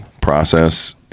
process